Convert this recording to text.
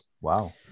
Wow